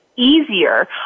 easier